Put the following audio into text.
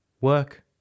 Work